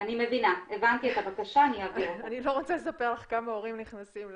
אני לא רוצה לספר לך כמה הורים נכנסים לפורטל.